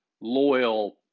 loyal